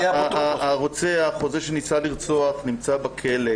הרוצח או זה שניסה לרצוח נמצא בכלא.